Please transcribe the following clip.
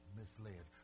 misled